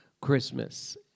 Christmas